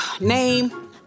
Name